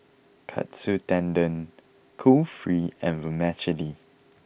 Katsu Tendon Kulfi and Vermicelli